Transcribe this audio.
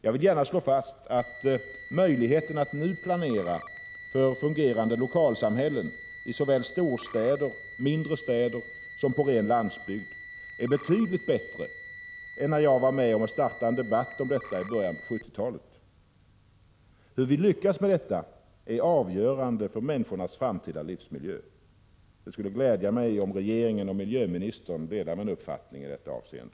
Jag vill gärna slå fast att möjligheten att nu planera för fungerande lokalsamhällen i såväl storstäder, mindre städer som på ren landsbygd är betydligt bättre än när jag var med om att starta en debatt om detta i början på 1970-talet. Hur vi lyckas med detta är avgörande för människornas framtida livsmiljö. Det skulle glädja mig om regeringen och miljöministern delar min uppfattning i detta avseende.